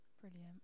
brilliant